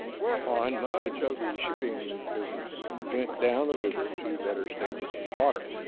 whereupon much of the shipping business went down the river to better stages of water,